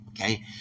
okay